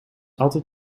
altijd